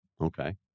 okay